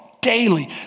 Daily